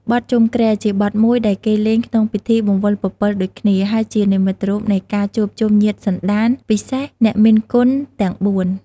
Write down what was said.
បទជុំគ្រែជាបទមួយដែលគេលេងក្នុងពិធីបង្វិលពពិលដូចគ្នា ហើយជានិមិត្តរូបនៃការជួបជុំញាតិសន្តាន ពិសេសអ្នកមានគុណទាំងបួន។